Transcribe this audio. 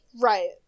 Right